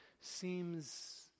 seems